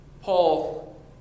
Paul